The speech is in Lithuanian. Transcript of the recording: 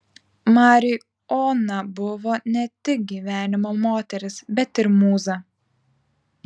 mariui ona buvo ne tik gyvenimo moteris bet ir mūza